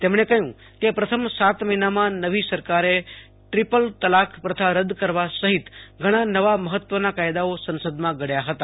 તેમણે કહ્યું કે પ્રથમ સાત મહિનામાં નવી સરકારે ત્રિપલ તલાક પ્રથા રદ્દ કરવા સહિત ઘણા નવા મહત્વના કાયદાઓ સંસદમાં ઘડ્યા હતા